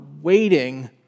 waiting